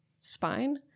spine